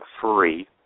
free